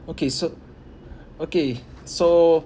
okay so okay so